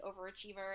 overachiever